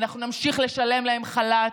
ואנחנו נמשיך לשלם להם חל"ת.